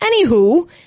anywho